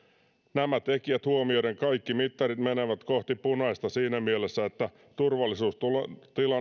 nämä tekijät huomioiden kaikki mittarit menevät kohti punaista siinä mielessä että turvallisuustilanne